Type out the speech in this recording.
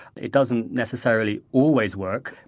it doesn't necessarily always work.